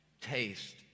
taste